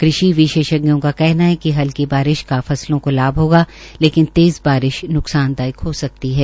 कृषि विशेषज्ञों का कहना है कि हल्की बारिश का फसलों को लाभ होगा लेकिन तेज़ बारिश नुकसान दायक हो सकती है